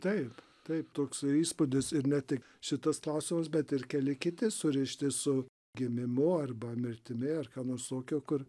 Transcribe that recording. taip taip toksai įspūdis ir ne tik šitas klausimas bet ir keli kiti surišti su gimimu arba mirtimi ar ką nors tokio kur